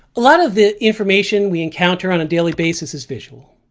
a lot of the information we encounter on a daily basis is visual,